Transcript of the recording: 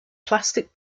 plastic